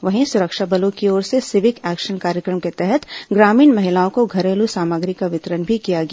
वहीं सुरक्षा बलों की ओर से सिविक एक्शन कार्यक्रम के तहत ग्रामीण महिलाओं को घरेलू सामग्री का वितरण भी किया गया